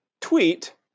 tweet